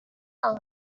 really